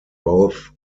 both